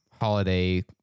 holiday